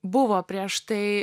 buvo prieš tai